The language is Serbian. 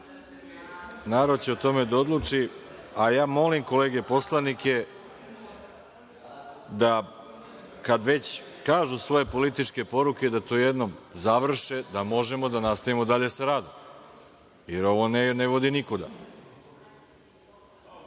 će o tome da odluči a ja molim kolege poslanike da, kad već kažu svoje političke poruke da to jednom završe da možemo da nastavimo dalje sa radom, jer ovo ne vodi nikuda. Ja